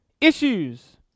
issues